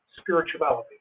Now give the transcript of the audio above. spirituality